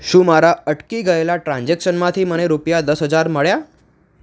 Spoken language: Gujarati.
શું મારા અટકી ગયેલાં ટ્રાન્ઝેક્શનમાંથી મને રૂપિયા દસ હજાર મળ્યા